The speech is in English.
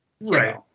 Right